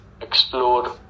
explore